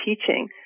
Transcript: teaching